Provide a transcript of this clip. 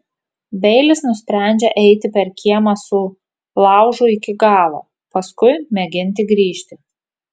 beilis nusprendžia eiti per kiemą su laužu iki galo paskui mėginti grįžti